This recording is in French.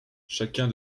chacun